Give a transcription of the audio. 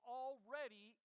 already